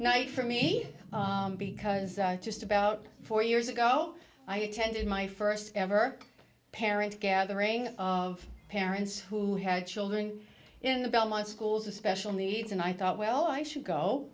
night for me because just about four years ago i attended my first ever parent gathering of parents who had children in the belmont schools of special needs and i thought well i should go